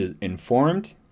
informed